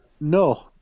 No